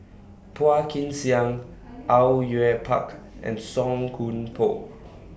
Phua Kin Siang Au Yue Pak and Song Koon Poh